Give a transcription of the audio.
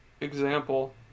example